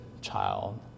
child